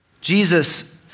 Jesus